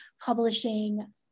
publishing